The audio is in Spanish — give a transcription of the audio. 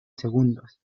segundos